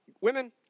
women